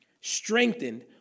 strengthened